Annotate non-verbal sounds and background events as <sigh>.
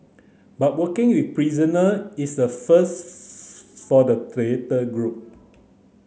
but working with prisoner is a first <unintelligible> for the theatre group